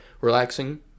relaxing